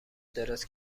دراز